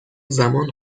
زمان